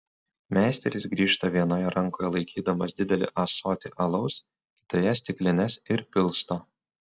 meisteris grįžta vienoje rankoje laikydamas didelį ąsotį alaus kitoje stiklines ir pilsto